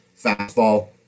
fastball